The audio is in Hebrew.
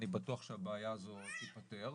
אני בטוח שהבעיה הזו תיפתר.